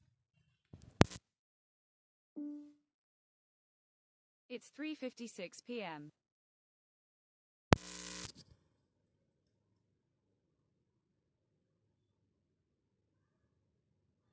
ಸಾವಯವ ಗೊಬ್ಬರ ಮತ್ತು ರಾಸಾಯನಿಕ ಗೊಬ್ಬರ ಇವುಗಳಿಗೆ ಇರುವ ವ್ಯತ್ಯಾಸ ಏನ್ರಿ?